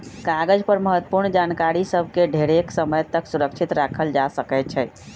कागज पर महत्वपूर्ण जानकारि सभ के ढेरेके समय तक सुरक्षित राखल जा सकै छइ